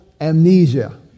amnesia